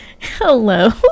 Hello